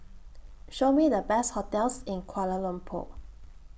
Show Me The Best hotels in Kuala Lumpur